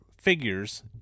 figures